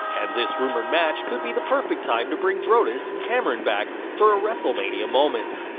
and this rumoured match could be the perfect time to bring brodus and cameron back for a wrestlemania moment.